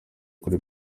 kuri